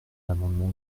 l’amendement